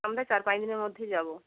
আমরা চার পাঁচ দিনের মধ্যেই যাবো